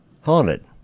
Haunted